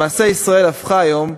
למעשה, ישראל הפכה היום,